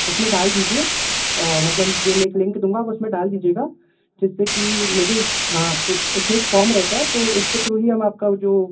उसमें डाल दीजिए मतलब जो मैं एक लिंक दूँगा आप उसमें डाल दीजिएगा जिससे कि मुझे तो उसमें एक फ़ॉर्म रहता है तो उसके थ्रू ही हम आपका जो